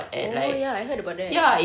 oh ya I heard about that